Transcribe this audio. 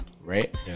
right